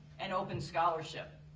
and open scholarship.